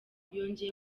yongeye